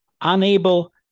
unable